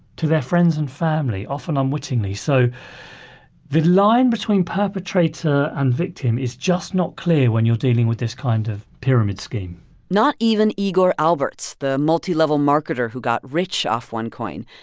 to their friends and family, often unwittingly. so the line between perpetrator and victim is just not clear when you're dealing with this kind of pyramid scheme not even igor alberts, the multilevel marketer who got rich off onecoin,